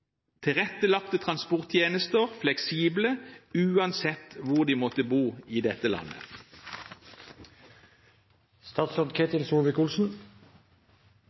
tilrettelagte og fleksible transporttjenester, uansett hvor de måtte bo i landet.